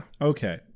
Okay